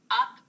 up